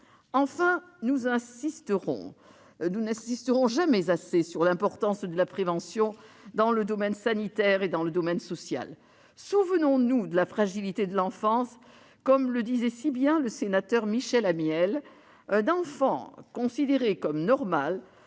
Enfin, nous n'insisterons jamais assez sur l'importance de la prévention dans le domaine sanitaire et dans le domaine social. Souvenons-nous de la fragilité de l'enfance : comme le disait si bien l'ancien sénateur Michel Amiel :« Un enfant considéré comme normal